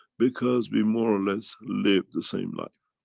because we more or less live the same life.